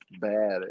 bad